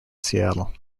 seattle